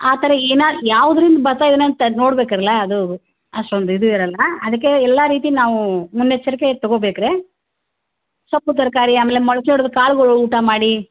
ಆ ಥರ ಏನು ಯಾವ್ದ್ರಿಂದ ಬತ್ತ ನೋಡ್ಬೇಕು ಅಲ್ಲ ಅದು ಅಷ್ಟೊಂದು ಇದು ಇರೋಲ್ಲ ಅದಕ್ಕೆ ಎಲ್ಲ ರೀತಿ ನಾವು ಮುನ್ನೆಚ್ಚರಿಕೆ ತಗೋಬೇಕು ರಿ ಸೊಪ್ಪು ತರಕಾರಿ ಆಮೇಲೆ ಮೊಳಕೆ ಒಡ್ದ ಕಾಳ್ಗಳು ಊಟ ಮಾಡಿ